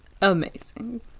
amazing